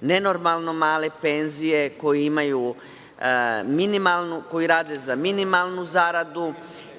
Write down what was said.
nenormalno male penzije, koji rade za minimalnu zaradu,